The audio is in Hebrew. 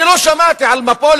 אני לא שמעתי על מפולת,